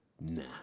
Nah